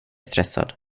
stressad